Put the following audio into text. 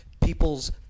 people's